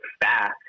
fast